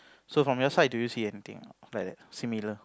so from your side do you see anything a not like that similar